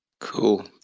Cool